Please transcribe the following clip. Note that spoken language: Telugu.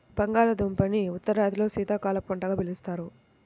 బంగాళాదుంపని ఉత్తరాదిలో శీతాకాలపు పంటగా పండిస్తారు